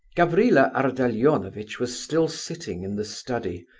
gavrila ardalionovitch was still sitting in the study,